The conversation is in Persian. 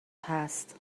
هست